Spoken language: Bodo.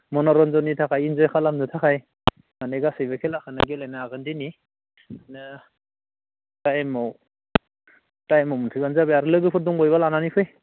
मनरन्जननि थाखाय इन्जय खालामनो थाखाय माने गासैबो खेलाखौनो गेलेनो हागोन दिनै बिदिनो टाइमआव टाइमआव मोनफैबानो जाबाय आरो लोगोफोर दंबायोबा लानानै फै